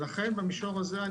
לכן במישור הזה,